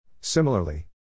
Similarly